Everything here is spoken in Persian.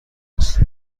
است